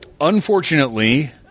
unfortunately